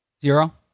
Zero